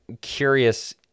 curious